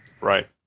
Right